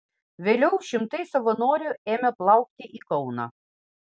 vėliau šimtai savanorių ėmė plaukti į kauną